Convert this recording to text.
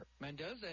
Mendoza